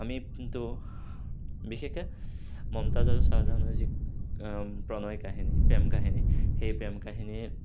আমি কিন্তু বিশেষকৈ মমতাজ আৰু চাহজাহানৰ যি প্ৰণয় কাহিনী প্ৰেম কাহিনী সেই প্ৰেম কাহিনী